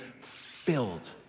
filled